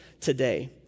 today